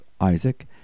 Isaac